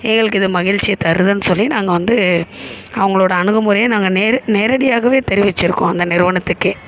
எங்களுக்கு இது மகிழ்ச்சிய தருதுன்னு சொல்லி நாங்கள் வந்து அவங்களோட அணுகுமுறையை நாங்கள் நேர் நேரடியாகவே தெரிவித்து இருக்கோம் அந்த நிறுவனத்துக்கே